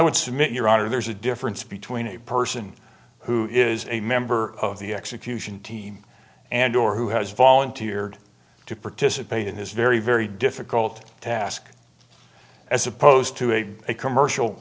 honor there's a difference between a person who is a member of the execution team and or who has volunteered to participate in this very very difficult task as opposed to a commercial